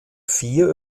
vier